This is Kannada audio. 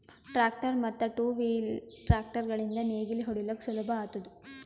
ಟ್ರ್ಯಾಕ್ಟರ್ ಮತ್ತ್ ಟೂ ವೀಲ್ ಟ್ರ್ಯಾಕ್ಟರ್ ಗಳಿಂದ್ ನೇಗಿಲ ಹೊಡಿಲುಕ್ ಸುಲಭ ಆತುದ